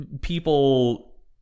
people